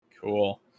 Cool